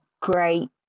great